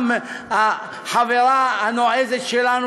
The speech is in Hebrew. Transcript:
גם החברה הנועזת שלנו,